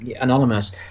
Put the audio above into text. anonymous